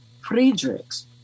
Friedrichs